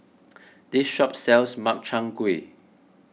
this shop sells Makchang Gui